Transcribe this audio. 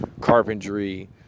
carpentry